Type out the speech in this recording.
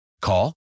call